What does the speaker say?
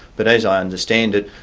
but as i understand it,